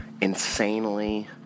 insanely